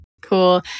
Cool